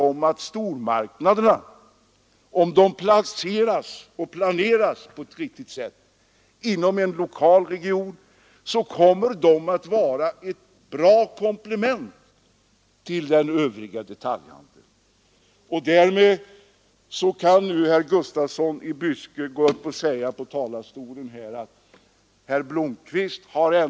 Om stormarknaderna lokaliseras och planeras på ett riktigt sätt inom en region, kan de vara ett bra komplement till den övriga detaljhandeln.